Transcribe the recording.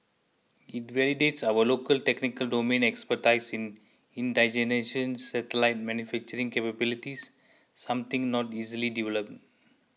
it validates our local technical domain expertise in satellite manufacturing capabilities something not easily developed